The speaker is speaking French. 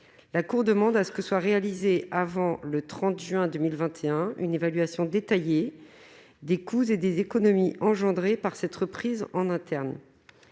la Cour demande à ce que soit réalisée avant le 30 juin 2021 une évaluation détaillée des coûts et des économies engendrées par cette reprise en interne,